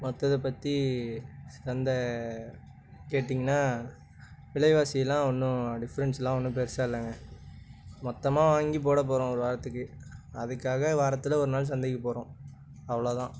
மற்றத பற்றி சந்தை கேட்டிங்கனா விலைவாசிலாம் ஒன்றும் டிஃப்ரன்சுலாம் ஒன்றும் பெருசாக இல்லைங்க மொத்தமாக வாங்கி போட போகிறோம் ஒரு வாரத்துக்கு அதுக்காக வாரத்தில் ஒரு நாள் சந்தைக்குப் போகிறோம் அவ்வளோதான்